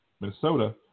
Minnesota